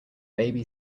baby